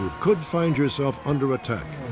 could find yourself under attack.